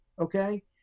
okay